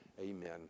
amen